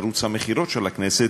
ערוץ המכירות של הכנסת,